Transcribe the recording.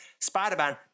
spider-man